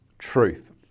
truth